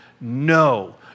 no